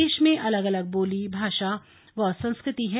देश में अलग अलग बोली भाषा व संस्कृति है